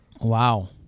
Wow